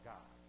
God